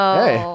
hey